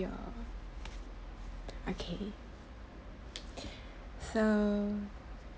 yeah okay so